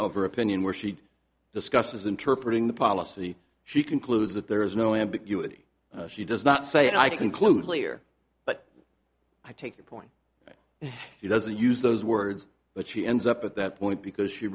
her opinion where she discusses interpret ing the policy she concludes that there is no ambiguity she does not say i conclude lier but i take your point he doesn't use those words but she ends up at that point because she